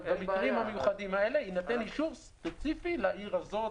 אבל במקרים המיוחדים האלה יינתן אישור ספציפי לעיר הזאת,